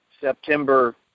September